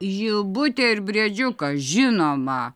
žilbutę ir briedžiuką žinoma